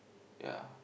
ya